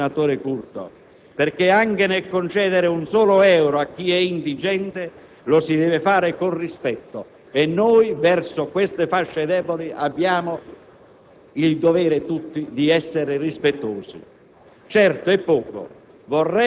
Certo trattasi di somme individuali esigue, ma non di mance, senatore Curto, perché quando si concede anche un solo euro a chi è indigente lo si deve fare con rispetto. E noi verso queste fasce deboli abbiamo